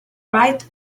right